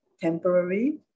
temporary